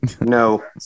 No